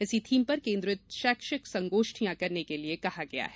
इसी थीम पर केन्द्रित शैक्षिक संगोष्ठियाँ करने के लिए कहा गया हैं